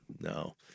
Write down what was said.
no